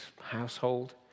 household